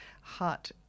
heart